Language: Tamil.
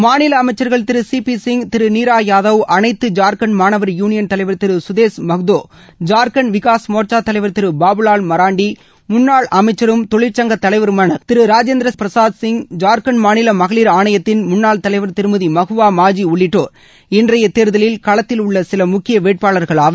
மாநில அமைச்சர்கள் திரு சி பி சிங் திரு நீரா யாதவ் அனைத்து ஜார்க்கண்ட் மாணவர் யூளியன் தலைவர் திரு கதேஷ் மகத்தோ ஜார்க்கண்ட் விகாஸ் மோர்ச்சா தலைவர் திரு பாபுவால் மராண்டி முன்னாள் அமைச்சரும் தொழிற்சங்கத் தலைவருமான திரு ராஜேந்திர பிரசாத் சிங் ஜார்க்கண்ட் மாநில மகளிர் ஆணையத்தின் முன்னாள் தலைவர் திருமதி மஹுவா மாஜி உள்ளிட்டோர் இன்றைய தேர்தலில் களத்தில் உள்ள சில முக்கிய வேட்பாளர்கள் ஆவர்